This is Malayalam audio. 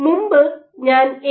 മുമ്പ് ഞാൻ എ